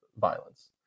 violence